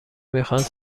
میخواهند